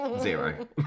Zero